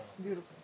Beautiful